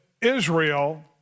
Israel